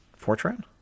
fortran